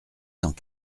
cent